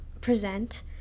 present